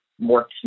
more